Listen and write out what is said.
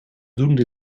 doende